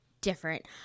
different